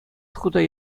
хута